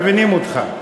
מבינים אותך.